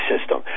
system